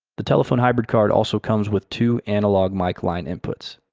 the telephone hybrid card also comes with two analog mic line inputs.